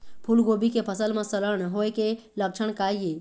फूलगोभी के फसल म सड़न होय के लक्षण का ये?